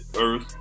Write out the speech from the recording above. Earth